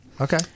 Okay